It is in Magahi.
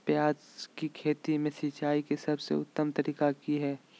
प्याज के खेती में सिंचाई के सबसे उत्तम तरीका की है?